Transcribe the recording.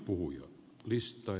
arvoisa puhemies